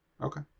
Okay